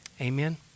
Amen